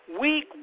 week